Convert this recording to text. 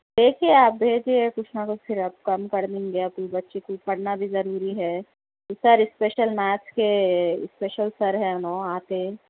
دیکھئے آپ بھیجئے کچھ نہ کچھ پھر آپ کم کر لیں گے آپ کی بچی کو پڑھنا بھی ضروری ہے سر اسپیشل میتھ کے اسپیشل سر ہیں نو آتے